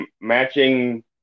matching